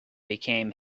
became